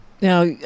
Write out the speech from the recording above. Now